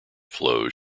flows